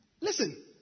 Listen